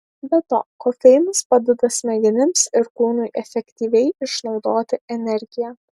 be to kofeinas padeda smegenims ir kūnui efektyviai išnaudoti energiją